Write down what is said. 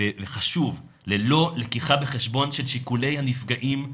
ללא לקיחה בחשבון של שיקולי הנפגעים,